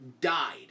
Died